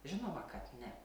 žinoma kad ne